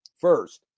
First